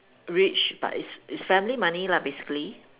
rich but is is family money lah basically